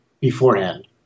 beforehand